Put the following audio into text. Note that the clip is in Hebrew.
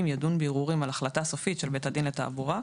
ידון בערעורים על החלטה סופית של בית דין לתעבורה,